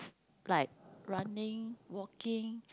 like running walking